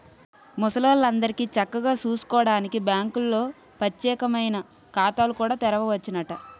ముసలాల్లందరికీ చక్కగా సూసుకోడానికి బాంకుల్లో పచ్చేకమైన ఖాతాలు కూడా తెరవచ్చునట